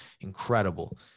incredible